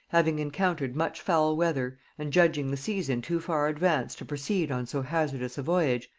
having encountered much foul weather and judging the season too far advanced to proceed on so hazardous a voyage,